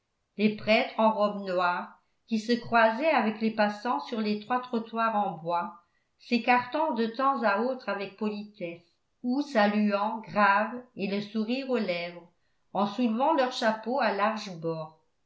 les prêtres en robe noire qui se croisaient avec les passants sur l'étroit trottoir en bois s'écartant de temps à autre avec politesse ou saluant graves et le sourire aux lèvres en soulevant leur chapeau à larges bords